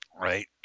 Right